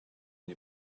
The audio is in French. une